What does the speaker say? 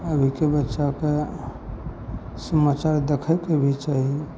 अभीके बच्चाके समाचार देखैके भी चाही